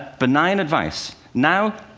benign advice now,